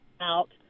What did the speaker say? out